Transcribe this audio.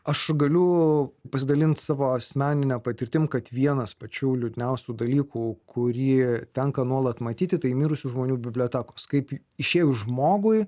aš galiu pasidalint savo asmenine patirtim kad vienas pačių liūdniausių dalykų kurį tenka nuolat matyti tai mirusių žmonių bibliotekos kaip išėjus žmogui